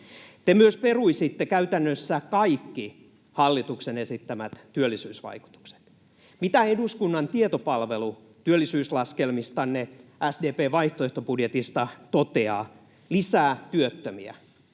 Te myös peruisitte käytännössä kaikki hallituksen esittämät työllisyysvaikutukset. Mitä toteaa eduskunnan tietopalvelu työllisyyslaskelmistanne SDP:n vaihtoehtobudjetissa? Lisää työttömiä,